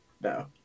no